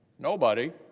nobody,